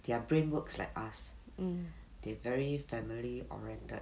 their brain works like us they very family oriented